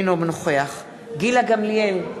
אינו נוכח גילה גמליאל,